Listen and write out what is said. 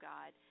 God